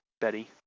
betty